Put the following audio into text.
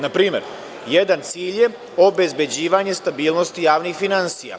Na primer, jedan cilj je obezbeđivanje stabilnosti javnih finansija.